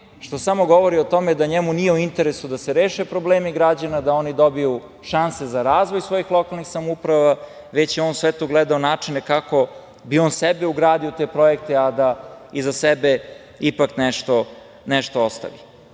što samo govori o tome da njemu nije u interesu da se reše problemi građana da oni dobiju šanse za razvoj svojih lokalnih samouprava, već je on gledao načine kako bi on sebe ugradio u te projekte, a da iza sebe ipak nešto